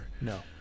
No